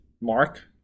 Mark